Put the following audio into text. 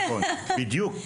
בדיוק.